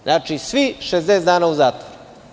Znači, svih 60 dana u zatvoru.